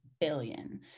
billion